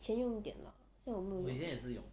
以前用电脑现在我